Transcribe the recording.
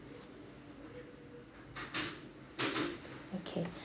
okay